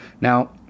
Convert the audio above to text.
now